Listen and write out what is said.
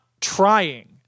trying